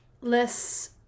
less